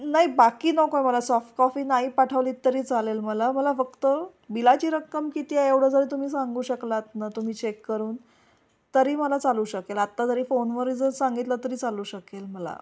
नाही बाकी नको आहे मला सॉफ्टकॉफी नाही पाठवलीत तरी चालेल मला मला फक्त बिलाची रक्कम किती आहे एवढं जरी तुम्ही सांगू शकलात न तुम्ही चेक करून तरी मला चालू शकेल आत्ता जरी फोनवर जरी सांगितलंत तरी चालू शकेल मला